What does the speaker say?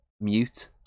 mute